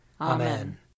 Amen